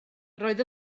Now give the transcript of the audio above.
roedd